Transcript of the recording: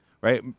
right